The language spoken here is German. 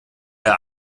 der